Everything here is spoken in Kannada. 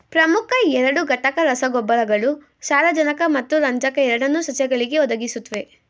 ಪ್ರಮುಖ ಎರಡು ಘಟಕ ರಸಗೊಬ್ಬರಗಳು ಸಾರಜನಕ ಮತ್ತು ರಂಜಕ ಎರಡನ್ನೂ ಸಸ್ಯಗಳಿಗೆ ಒದಗಿಸುತ್ವೆ